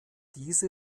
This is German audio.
diese